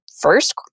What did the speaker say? first